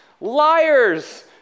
Liars